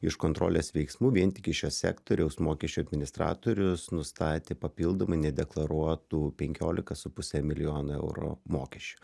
iš kontrolės veiksmų vien tik iš šio sektoriaus mokesčių administratorius nustatė papildomai nedeklaruotų penkiolika su puse milijono eurų mokesčių